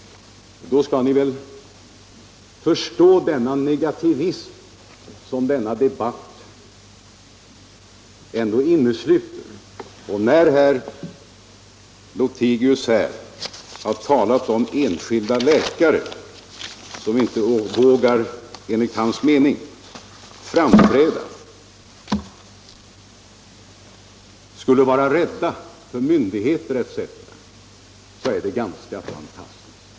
Då bör ni också förstå vilken negativism som denna debatt speglar. Och när herr Lothigius har talat om enskilda läkare som — enligt hans mening — inte vågar framträda, som skulle vara rädda för myndigheter etc., så är det ganska fantastiskt.